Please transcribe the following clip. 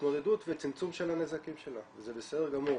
והתמודדות וצמצום של הנזקים שלה, וזה בסדר גמור,